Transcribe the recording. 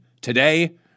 Today